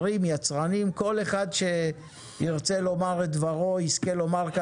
היצרנים וכל אחד שירצה לומר את דברו יזכה לומר את זה פה,